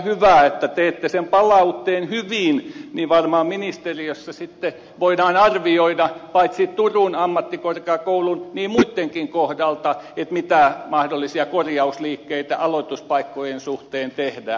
kun teette sen palautteen hyvin niin varmaan ministeriössä voidaan sitten arvioida paitsi turun ammattikorkeakoulun niin muittenkin kohdalta mitä mahdollisia korjausliikkeitä aloituspaikkojen suhteen tehdään